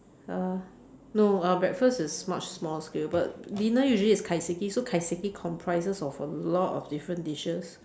uh no uh breakfast is much small scale but dinner usually is kaiseki so kaiseki comprises of a lot of dishes